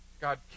God